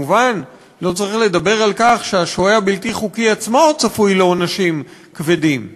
וכמובן לא צריך לדבר על כך שהשוהה הבלתי-חוקי עצמו צפוי לעונשים כבדים.